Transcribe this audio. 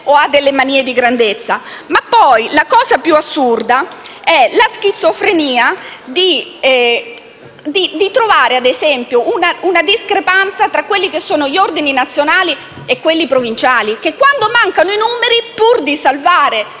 La cosa più assurda, però, è la schizofrenia di trovare, ad esempio, una discrepanza tra gli ordini nazionali e quelli provinciali che, quando mancano i numeri, pur di salvare